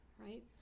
right